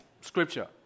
Scripture